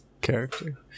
character